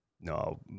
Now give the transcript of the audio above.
No